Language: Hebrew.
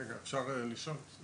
רגע אפשר לשאול?